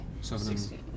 Sixteen